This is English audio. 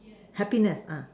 happiness